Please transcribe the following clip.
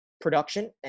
production